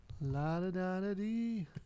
La-da-da-da-dee